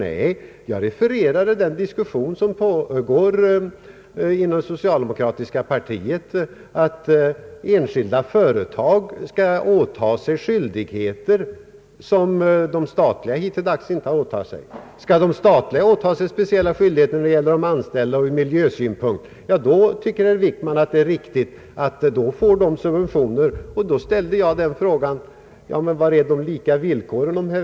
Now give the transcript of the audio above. Nej, jag refererade den diskussion som pågår inom det socialdemokratiska partiet om att enskilda företag skall åta sig skyldigheter som de statliga företagen hittills inte har åtagit sig. Skall de statliga företagen åta sig speciella skyldigheter mot de anställda även ur miljösynpunkt, så anser statsrådet Wickman att det är riktigt att de får subventioner. Då ställde jag frågan: Var är de lika villkoren?